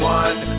one